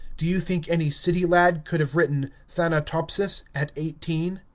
do you think any city lad could have written thanatopsis at eighteen?